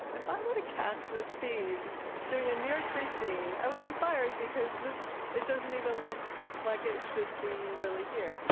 if i were to cast this scene doing a new york street scene, i would be fired because this, it doesn't even look like it it should be really here